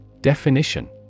Definition